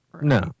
No